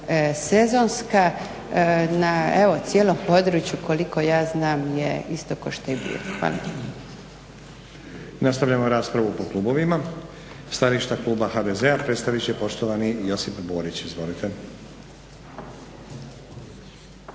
sezonska, na evo cijelom području, koliko ja znam je isto kao što je i bilo. Hvala. **Stazić, Nenad (SDP)** Nastavljamo raspravu po klubovima. Stajalište kluba HDZ-a predstavit će poštovani Josip Borić, izvolite.